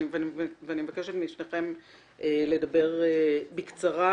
אני מבקשת לדבר בקצרה.